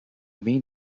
main